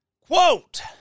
Quote